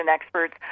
experts